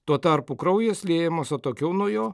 tuo tarpu kraujas liejamas atokiau nuo jo